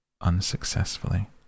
Unsuccessfully